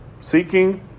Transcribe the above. seeking